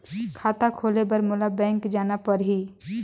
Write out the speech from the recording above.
खाता खोले बर मोला बैंक जाना परही?